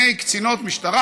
קציני וקצינות משטרה,